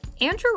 Andrew